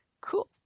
cool